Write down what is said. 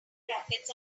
brackets